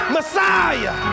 Messiah